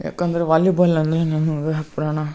ಯಾಕಂದರೆ ವಾಲಿಬಾಲ್ ಅಂದರೆ ನನಗೆ ಪ್ರಾಣ